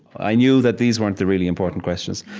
i knew that these weren't the really important questions.